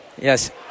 yes